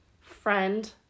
friend